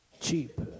cheap